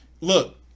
look